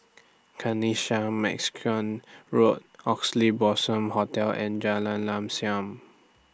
Kanisha Mexican Road Oxley Blossom Hotel and Jalan Lam SAM